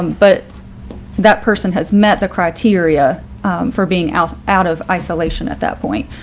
but that person has met the criteria for being out out of isolation at that point.